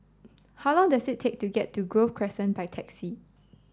how long does it take to get to Grove Crescent by taxi